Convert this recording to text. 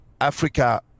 Africa